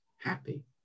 happy